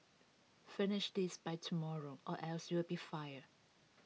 finish this by tomorrow or else you'll be fired